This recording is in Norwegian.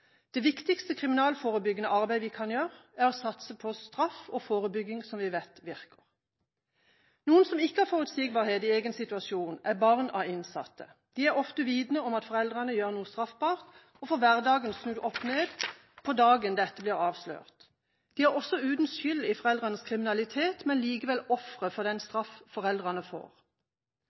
Det viktigste kriminalforebyggende arbeid vi kan gjøre, er å satse på straff og forebygging som vi vet virker. Noen som ikke har forutsigbarhet i egen situasjon, er barn av innsatte. De er ofte uvitende om at foreldrene gjør noe straffbart, og får hverdagen snudd opp ned den dagen dette blir avslørt. De er også uten skyld i foreldrenes kriminalitet, men likevel ofre for den straff foreldrene får.